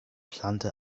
plante